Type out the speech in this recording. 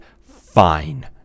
fine